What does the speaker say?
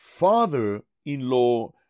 father-in-law